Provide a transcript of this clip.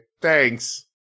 thanks